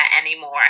anymore